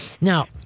Now